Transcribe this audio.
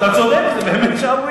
אתה צודק, זו באמת שערורייה.